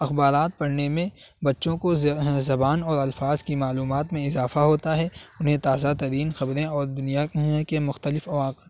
اخبارات پڑھنے میں بچوں کو زبان اور الفاظ کی معلومات میں اضافہ ہوتا ہے انہیں تازہ ترین خبریں اور دنیا کے مختلف